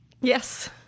Yes